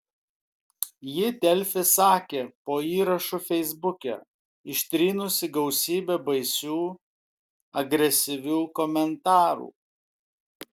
ji delfi sakė po įrašu feisbuke ištrynusi gausybę baisių agresyvių komentarų